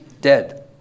dead